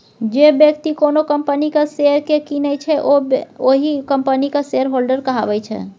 जे बेकती कोनो कंपनीक शेयर केँ कीनय छै ओ ओहि कंपनीक शेयरहोल्डर कहाबै छै